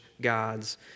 God's